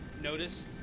notice